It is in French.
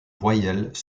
voyelles